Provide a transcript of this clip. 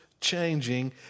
changing